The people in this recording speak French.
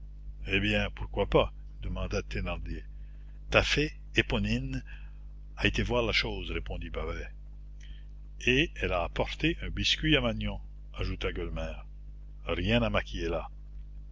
eh bien pourquoi pas demanda thénardier ta fée éponine a été voir la chose répondit babet et elle a apporté un biscuit à magnon ajouta gueulemer rien à maquiller là